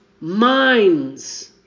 minds